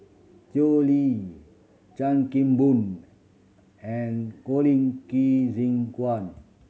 Tao Li Chan Kim Boon and Colin Qi Zhe Quan